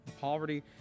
Poverty